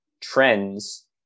trends